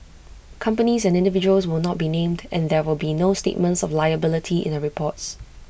companies and individuals will not be named and there will be no statements of liability in the reports